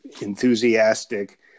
enthusiastic